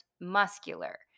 muscular